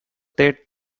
they